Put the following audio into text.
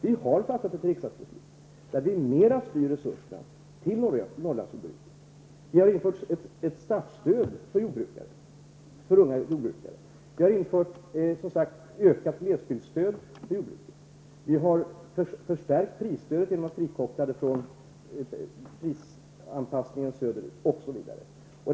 Vi har fattat ett riksdagsbeslut om att mera styra resurserna till Norrlandsjordbruket. Ett startstöd för unga jordbrukare har införts. Vi har infört ett ökat glesbygdsstöd till jordbruket i Norrland. Prisstödet har förstärkts genom att frikopplas från prisanpassningen söderut.